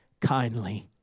kindly